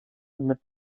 mit